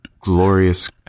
Glorious